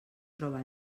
troba